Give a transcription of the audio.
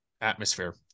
atmosphere